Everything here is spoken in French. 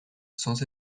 sans